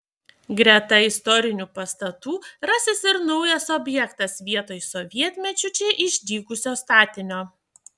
greta istorinių pastatų rasis ir naujas objektas vietoj sovietmečiu čia išdygusio statinio